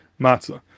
matzah